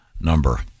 number